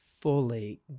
fully